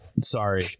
sorry